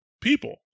people